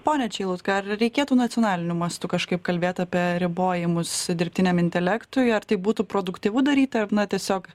ponia čeilutka ar reikėtų nacionaliniu mastu kažkaip kalbėt apie ribojimus dirbtiniam intelektui ar tai būtų produktyvu daryti ar na tiesiog